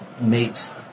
makes